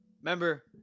Remember